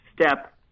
step